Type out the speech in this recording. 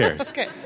Okay